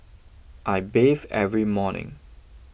I bathe every morning